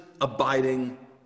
abiding